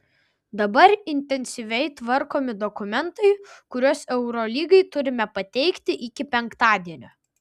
dabar intensyviai tvarkomi dokumentai kuriuos eurolygai turime pateikti iki penktadienio